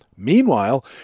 Meanwhile